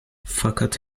fakat